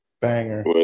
Banger